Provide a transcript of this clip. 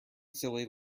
silly